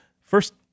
First